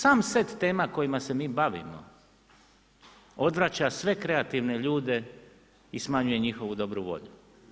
Sam set tema kojima se mi bavimo, odvraća sve kreativne ljude i smanjuje njihovu dobru volju.